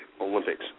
Olympics